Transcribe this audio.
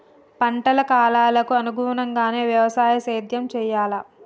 పంటల కాలాలకు అనుగుణంగానే వ్యవసాయ సేద్యం చెయ్యాలా?